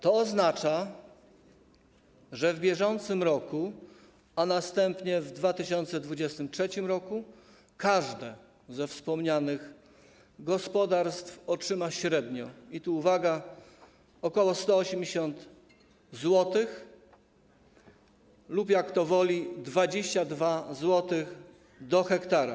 To oznacza, że w br., a następnie w 2023 r. każde ze wspomnianych gospodarstw otrzyma średnio - i tu uwaga - ok. 180 zł lub jak kto woli 22 zł do 1 ha.